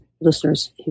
listeners